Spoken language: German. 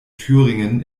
thüringen